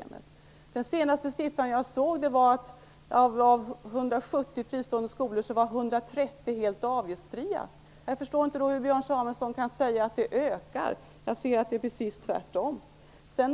Enligt den senaste siffra jag såg var 130 av 170 fristående skolor helt avgiftsfria. Jag förstår inte hur Björn Samuelson kan säga att avgifterna ökar. Det är precis tvärtom. Så